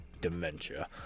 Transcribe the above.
dementia